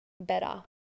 better